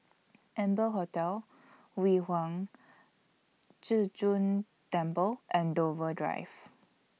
Amber Hotel Yu Huang Zhi Zun Temple and Dover Drive